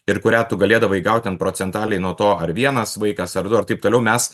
ir kurią tu galėdavai gaut ten procentaliai nuo to ar vienas vaikas ar du ar taip toliau mes